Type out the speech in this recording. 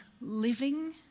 living